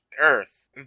earth